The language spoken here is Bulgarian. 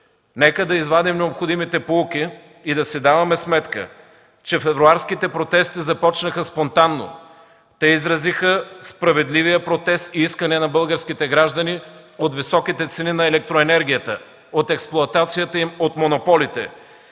Нека да извадим необходимите поуки и да си даваме сметка, че февруарските протести започнаха спонтанно. Те изразиха справедливия протест и искане на българските граждани от високите цени на електроенергията, от експлоатацията им от монополите,